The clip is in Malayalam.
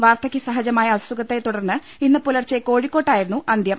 വാർധകൃ സഹജ മായ അസുഖത്തെ തുടർന്ന് ഇന്ന് പുലർച്ചെ കോഴിക്കോട്ടായി രുന്നു അന്ത്യം